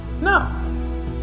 No